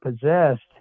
possessed